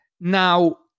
Now